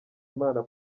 imana